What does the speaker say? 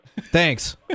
Thanks